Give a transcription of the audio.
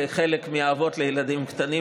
כחלק מאבות לילדים קטנים,